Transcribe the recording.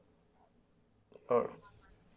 um